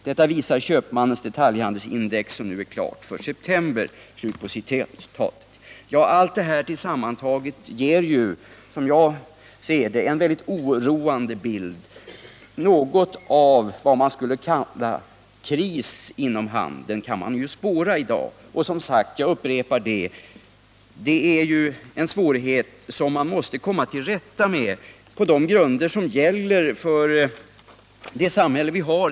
Detta visar Köpmannens detaljhandelsindex som nu är klart för september.” Allt detta sammantaget ger, som jag ser det, en mycket oroande bild. Man kan i dag spåra något som skulle kunna kallas en kris inom handeln. Jag upprepar att man måste komma till rätta med svårigheterna på de grunder som gäller.